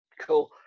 Cool